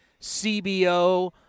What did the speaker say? CBO